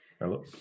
Hello